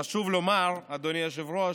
חשוב לומר, אדוני היושב-ראש,